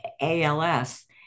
ALS